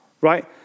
Right